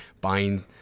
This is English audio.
buying